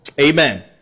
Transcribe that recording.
Amen